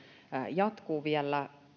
jatkuu vielä